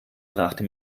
brachte